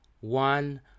one